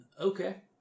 Okay